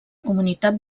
comunitat